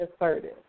assertive